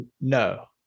no